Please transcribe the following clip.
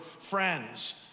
friends